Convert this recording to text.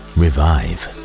revive